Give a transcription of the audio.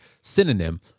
synonym